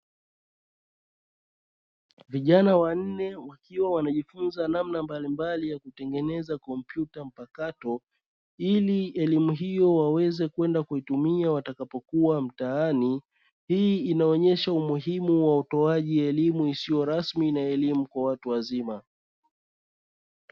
Vijana wanne wakiwa wanajifunza namna mbalimbali ya kutengeneza kompyuta mpakato, ili elimu hiyo waweze kwenda kuitumia watakapokuwa mtaani, hii inaonyesha umuhimu wa utoaji elimu isiyo rasmi na elimu kwa watu wazima.